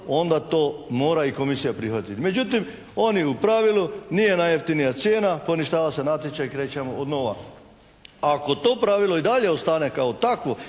onda to mora i komisija prihvatiti. Međutim oni u pravilu nije najjeftinija cijena, poništava se natječaj, krećemo od nova. Ako to pravilo i dalje ostane kao takvo